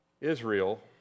Israel